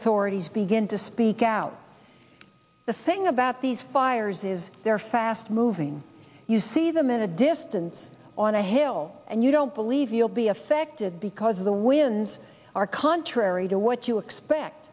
authorities begin to speak out the thing about these fires is they're fast moving you see them in a distance on a hill and you don't believe you'll be affected because the winds are contrary to what you expect